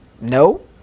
No